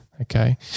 okay